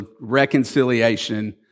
reconciliation